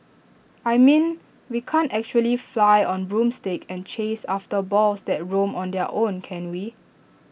I mean we can't actually fly on broomsticks and chase after balls that roam on their own can we